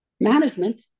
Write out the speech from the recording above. Management